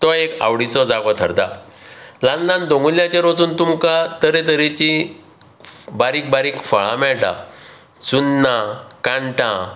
तो एक आवडीचो जागो थरता ल्हान ल्हान दोंगुल्ल्यांचेर वचून तुमकां तरेतरेची बारीक बारीक फळां मेळटा चुन्नां काण्टां